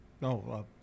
no